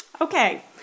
Okay